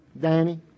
Danny